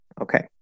Okay